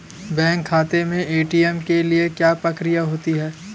Bank खाते में ATM के लिए क्या प्रक्रिया होती है?